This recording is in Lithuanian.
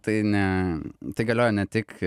tai ne tai galioja ne tik